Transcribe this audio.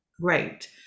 great